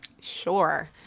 Sure